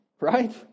Right